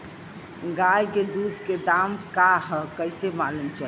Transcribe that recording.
गाय के दूध के दाम का ह कइसे मालूम चली?